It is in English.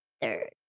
third